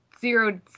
zero